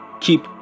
Keep